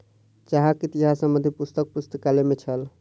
चाहक इतिहास संबंधी पुस्तक पुस्तकालय में छल